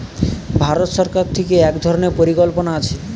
ভারত সরকার থিকে এক ধরণের পরিকল্পনা আছে